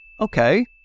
okay